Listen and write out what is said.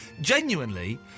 Genuinely